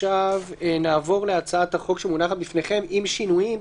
נעבור להצעת החוק שמונחת בפניכם, עם שינויים.